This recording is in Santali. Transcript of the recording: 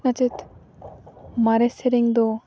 ᱢᱟᱪᱮᱫ ᱢᱟᱨᱮ ᱥᱮᱨᱮᱧ ᱫᱚ